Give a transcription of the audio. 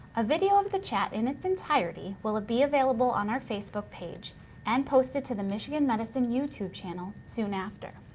a video of the chat in its entirety will be available on our facebook page and posted to the michigan medicine youtube channel soon after.